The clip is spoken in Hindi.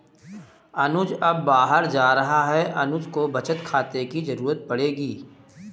अनुज अब बाहर जा रहा है अनुज को बचत खाते की जरूरत पड़ेगी